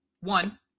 one